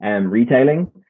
retailing